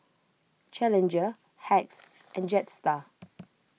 Challenger Hacks and Jetstar